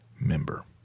member